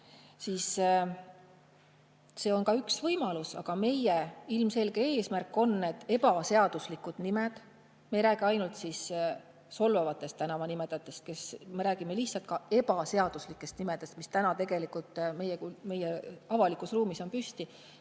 see on ka üks võimalus. Aga meie ilmselge eesmärk on, et ebaseaduslikud nimed – me ei räägi ainult solvavatest tänavanimedest, me räägime lihtsalt ebaseaduslikest nimedest, mis tegelikult meie avalikus ruumis on